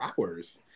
hours